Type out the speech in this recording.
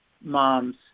moms